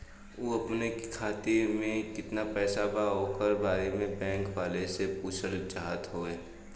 उ अपने खाते में कितना पैसा बा ओकरा बारे में बैंक वालें से पुछल चाहत हवे?